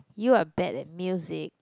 you are bad at music